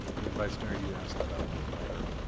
then vice mayor you asked about the letter.